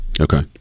okay